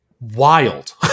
wild